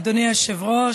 אדוני היושב-ראש,